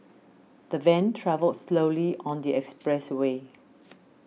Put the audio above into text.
the van travelled slowly on the expressway